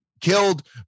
killed